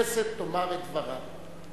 הכנסת תאמר את דברה.